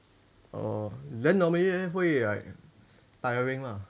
oh then normally 会 like tiring lah